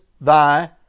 thy